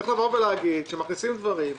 צריך להגיד כשמכניסים דברים.